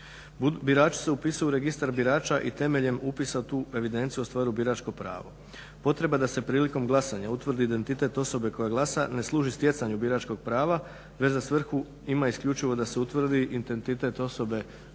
Birači se upisuju u Registar birača i temeljem upisa u tu evidenciju ostvaruju biračko pravo. Potreba da se prilikom glasanja utvrdi identitet osobe koja glasa ne služi stjecanju biračkog prava već za svrhu ima isključivo da se utvrdi identitet osobe